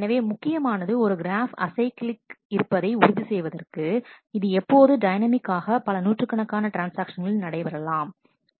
எனவே இது முக்கியமானது ஒரு கிராஃப் அசைக்கிளிக் இருப்பதை உறுதி செய்வதற்கு இது இப்போது டைனமிக் ஆக பல நூற்றுக்கணக்கான ட்ரான்ஸ்ஆக்ஷன்களில் நடைபெறலாம்